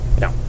No